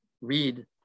read